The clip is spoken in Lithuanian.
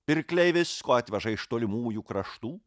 pirkliai visko atveža iš tolimųjų kraštų